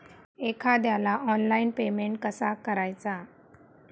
एखाद्याला online payment कसा करायचा?